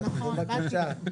אז בבקשה.